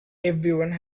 everyone